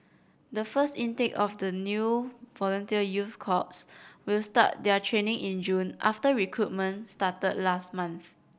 the first intake of the new volunteer youth corps will start their training in June after recruitment started last month